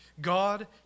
God